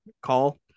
call